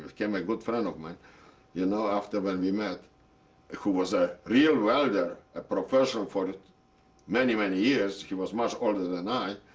became a good friend of mine you know after when we met who was a real welder, a professional for many, many years. he was much older than i.